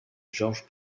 george